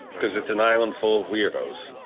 because it's an island full of weirdos,